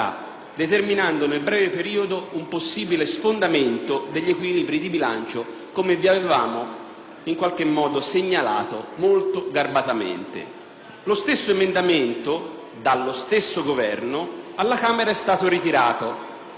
determinando nel breve periodo un possibile sfondamento degli equilibri di bilancio, come vi avevamo segnalato molto garbatamente. Lo stesso emendamento dallo stesso Governo alla Camera è stato ritirato.